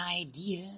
idea